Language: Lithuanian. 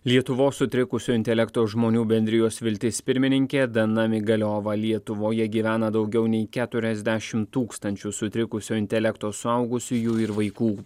lietuvos sutrikusio intelekto žmonių bendrijos viltis pirmininkė dana migaliova lietuvoje gyvena daugiau nei keturiasdešim tūkstančių sutrikusio intelekto suaugusiųjų ir vaikų